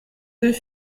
deux